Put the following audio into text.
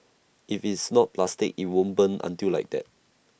if it's not plastic IT won't burn until like that